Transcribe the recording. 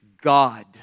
God